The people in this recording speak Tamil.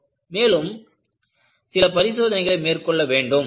எனவே மேலும் சில பரிசோதனைகளை மேற்கொள்ள வேண்டும்